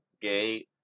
gay